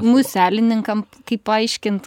muselininkam kaip paaiškint